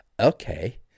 Okay